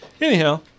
Anyhow